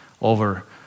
over